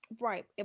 right